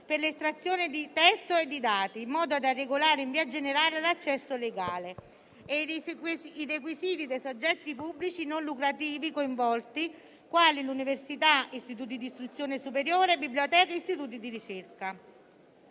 per l'estrazione di testo e di dati, in modo da regolare in via generale l'accesso alle gare e i requisiti dei soggetti pubblici non lucrativi coinvolti, quali università, istituti di istruzione superiore, biblioteche e istituti di ricerca.